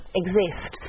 exist